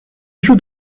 should